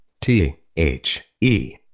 T-H-E